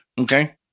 Okay